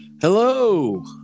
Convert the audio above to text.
Hello